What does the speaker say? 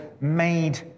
Made